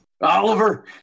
Oliver